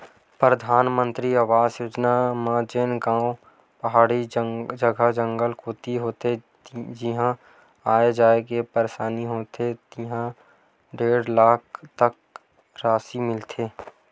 परधानमंतरी आवास योजना म जेन गाँव पहाड़ी जघा, जंगल कोती होथे जिहां आए जाए म परसानी होथे तिहां डेढ़ लाख तक रासि मिलथे